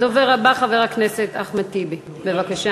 הדובר הבא, חבר הכנסת אחמד טיבי, בבקשה.